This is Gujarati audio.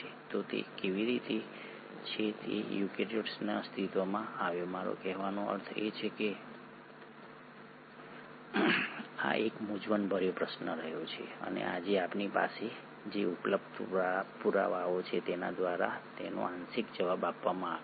તો તે કેવી રીતે છે કે યુકેરીયોટ્સ અસ્તિત્વમાં આવ્યા મારો કહેવાનો અર્થ એ છે કે આ એક મૂંઝવણભર્યો પ્રશ્ન રહ્યો છે અને આજે આપણી પાસે જે ઉપલબ્ધ પુરાવાઓ છે તેના દ્વારા તેનો આંશિક જવાબ આપવામાં આવે છે